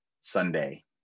Sunday